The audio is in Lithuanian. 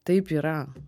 taip yra